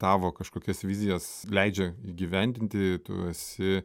tavo kažkokias vizijas leidžia įgyvendinti esi